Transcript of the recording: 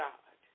God